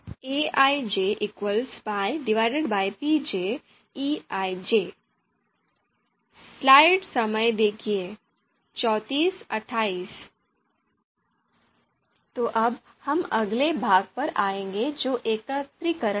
तो अब हम अगले भाग पर आएँगे जो एकत्रीकरण है